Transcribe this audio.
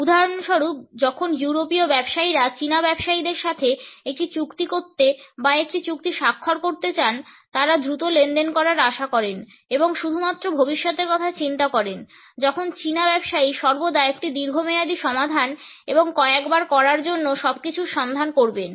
উদাহরণস্বরূপ যখন ইউরোপীয় ব্যবসায়ীরা চীনা ব্যবসায়ীদের সাথে একটি চুক্তি করতে বা একটি চুক্তি স্বাক্ষর করতে চান তারা দ্রুত লেনদেন করার আশা করেন এবং শুধুমাত্র ভবিষ্যতের কথা চিন্তা করেন যখন চীনা ব্যবসায়ী সর্বদা একটি দীর্ঘমেয়াদী সমাধান এবং কয়েকবার করার জন্য সবকিছুর সন্ধান করবেন